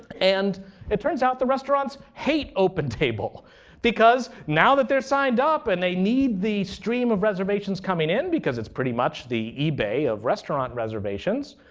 and it turns out that restaurants hate opentable because now that they're signed up and they need the stream of reservations coming in, because it's pretty much the ebay of restaurant reservations,